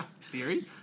Siri